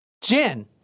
Jen